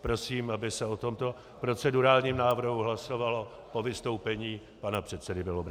Prosím, aby se o tomto procedurálním návrhu hlasovalo po vystoupení pana předsedy Bělobrádka.